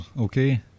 okay